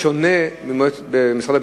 בשונה ממשרד הביטחון,